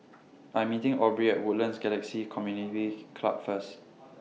I'm meeting Aubrie Woodlands Galaxy Community Club First